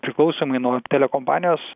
priklausomai nuo telekompanijos